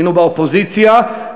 היינו באופוזיציה,